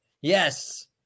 Yes